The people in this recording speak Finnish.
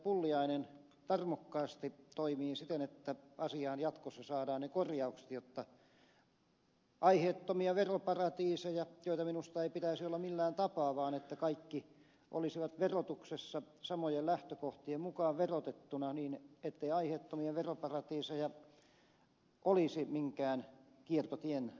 pulliainen tarmokkaasti toimii siten että asiaan jatkossa saadaan ne korjaukset jotta aiheettomia veroparatiiseja joita minusta ei pitäisi olla millään tapaa vaan kaikki olisivat verotuksessa samojen lähtökohtien mukaan verotettuina ei olisi minkään kiertotien kautta